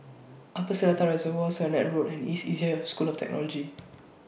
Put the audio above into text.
Upper Seletar Reservoir Sennett Road and East Asia School of Technology